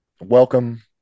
welcome